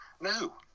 no